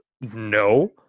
No